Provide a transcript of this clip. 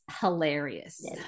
hilarious